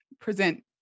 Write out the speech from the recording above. present